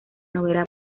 novela